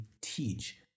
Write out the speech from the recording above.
teach